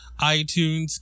iTunes